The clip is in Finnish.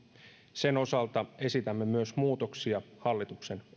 sen osalta esitämme myös muutoksia hallituksen